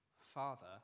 Father